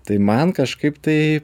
tai man kažkaip tai